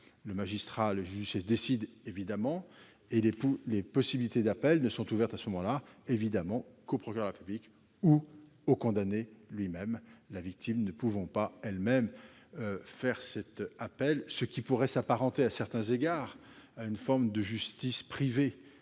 Le magistrat, le juge décide évidemment et les possibilités d'appel ne sont alors ouvertes qu'au procureur de la République ou au condamné lui-même, la victime ne pouvant pas elle-même faire appel, ce qui pourrait s'apparenter à certains égards à une forme de justice privée.